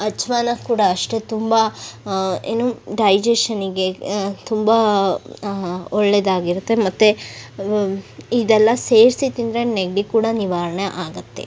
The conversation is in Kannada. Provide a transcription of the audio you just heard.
ಅಜ್ವಾನ ಕೂಡ ಅಷ್ಟೆ ತುಂಬ ಏನು ಡೈಜೆಶನಿಗೆ ತುಂಬ ಒಳ್ಳೆದಾಗಿರುತ್ತೆ ಮತ್ತು ಇದೆಲ್ಲ ಸೇರಿಸಿ ತಿಂದರೆ ನೆಗಡಿ ಕೂಡ ನಿವಾರಣೆ ಆಗುತ್ತೆ